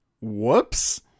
whoops